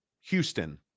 Houston